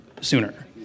sooner